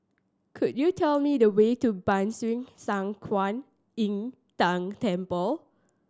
could you tell me the way to Ban Siew San Kuan Im Tng Temple